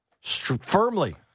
firmly